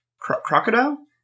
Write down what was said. Crocodile